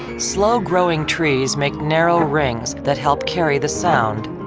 slow growing trees make narrow rings that help carry the sound.